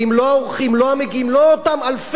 לא אותם אלפי אנשים שעובדים בענף,